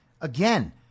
Again